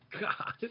God